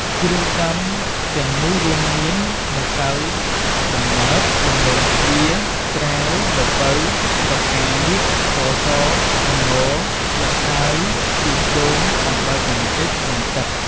គ្រឿងផ្សំទាំងនោះរួមមាន ម្សៅដំណើប ដំឡូងជ្វា ត្រាវ ល្ពៅ ស្រកានាគ ស្ករស ល្ង ស្លឹកតើយ ខ្ទិះដូង អំបិលបន្តិច និងទឹក។